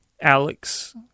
alex